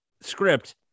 script